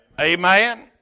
Amen